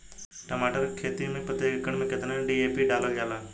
टमाटर के खेती मे प्रतेक एकड़ में केतना डी.ए.पी डालल जाला?